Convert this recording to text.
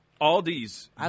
Aldi's